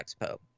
Expo